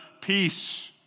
peace